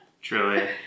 Truly